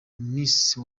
misi